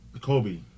Kobe